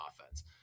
offense